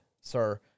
sir